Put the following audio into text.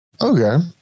Okay